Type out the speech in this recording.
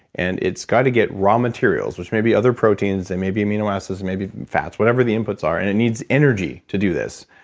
and it's got to get raw materials, which may be other proteins, they may be amino acids, it may be fats, whatever the inputs are, and it needs energy to do this,